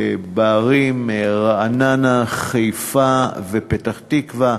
בערים רעננה, חיפה ופתח-תקווה.